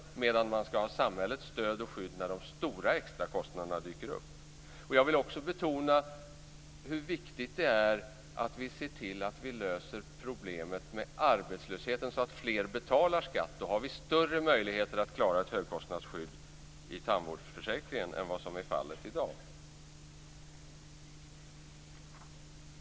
Däremot skall man ha samhällets stöd och skydd när de stora extrakostnaderna dyker upp. Jag vill också betona hur viktigt det är att lösa problemet med arbetslösheten, så att fler betalar skatt. Då har vi större möjligheter att klara ett högkostnadsskydd i tandvårdsförsäkringen än vad som i dag är fallet.